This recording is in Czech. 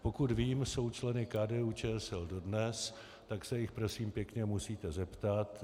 Pokud vím, jsou členy KDUČSL dodnes, tak se jich prosím pěkně musíte zeptat.